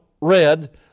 red